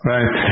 Right